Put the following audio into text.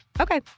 Okay